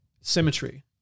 symmetry